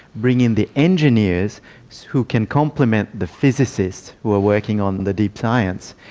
bring in the engineers who can complement the physicists who are working on the deep science,